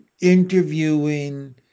interviewing